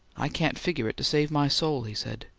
i can't figure it to save my soul, he said.